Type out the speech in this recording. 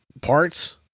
parts